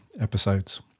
episodes